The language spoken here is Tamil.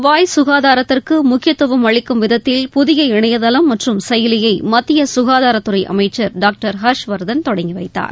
வாய் சுகாதாரத்திற்கு முக்கியத்துவம் அளிக்கும் விதத்தில் புதிய இணையதளம் மற்றும் செயலியை மத்திய சுகாதாரத்துறை அமைச்சர் டாக்டர் ஹர்ஷ்வர்தன் தொடங்கி வைத்தார்